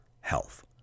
health